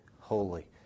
holy